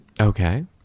Okay